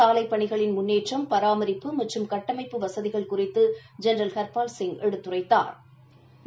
சாலை பணிகளின் முன்னேற்றம் பராமிப்பு மற்றம் கட்டமைப்பு வசதிகள் குறித்து அவர் ஜெனரல் ஹாபால் சிங் எடுத்துரைத்தாா்